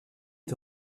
est